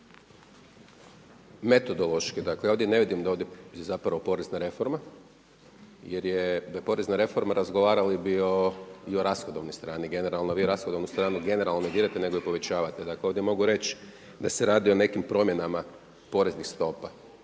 Metodološki dakle, ja ovdje ne vidim da je ovdje zapravo porezna reforma jer da je porezna reforma razgovarali bi i o rashodovnoj strani generalno. Vi rashodovnu stranu generalno ne dirate nego je povećavate. Dakle, ovdje mogu reći da se radi o nekim promjenama poreznih stopa.